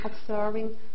observing